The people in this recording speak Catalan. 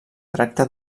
tracta